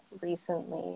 recently